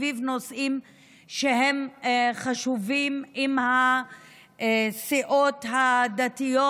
סביב נושאים חשובים עם הסיעות הדתיות,